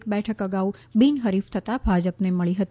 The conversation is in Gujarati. એક બેઠક અગાઉ બિનહરીફ થતાં ભાજપ ને મળી હતી